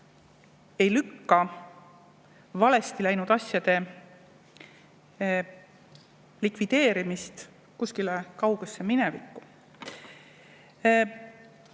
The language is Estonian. ega lükka valesti läinud asjade likvideerimist kuskile kaugesse [tulevikku].